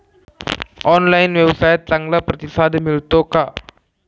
Online व्यवसायात चांगला प्रतिसाद मिळतो का?